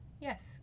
Yes